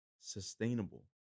sustainable